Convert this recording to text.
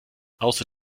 außer